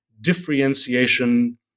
differentiation